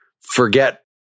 forget